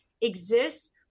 exists